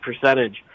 percentage